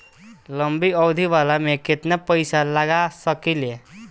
लंबी अवधि वाला में केतना पइसा लगा सकिले?